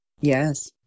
Yes